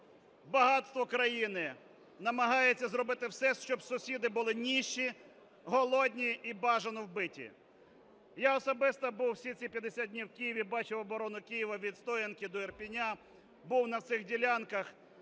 багатство країни, намагається зробити все, щоб сусіди були нищі, голодні і бажано вбиті. Я особисто був всі ці 50 днів в Києві, бачив оборону Києва від Стоянки до Ірпеня, був на всіх ділянках,